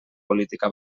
política